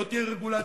לא תהיה רגולציה,